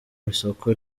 isoko